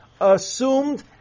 assumed